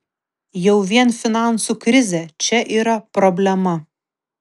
jau vien finansų krizė čia yra problema